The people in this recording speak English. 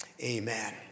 amen